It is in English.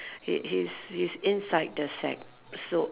he he's he's inside the sack so